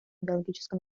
биологическом